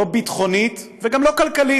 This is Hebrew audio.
לא ביטחונית וגם לא כלכלית,